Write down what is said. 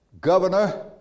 governor